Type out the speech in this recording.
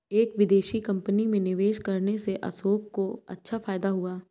एक विदेशी कंपनी में निवेश करने से अशोक को अच्छा फायदा हुआ